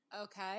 Okay